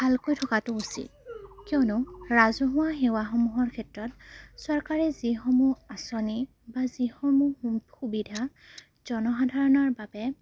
ভালকৈ থকাটো উচিত কিয়নো ৰাজহুৱা সেৱাসমূহৰ ক্ষেত্ৰত চৰকাৰে যিসমূহ আঁচনি বা যিসমূহ সুবিধা জনসাধাৰণৰ বাবে